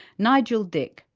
nigel dick,